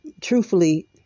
Truthfully